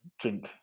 drink